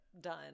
done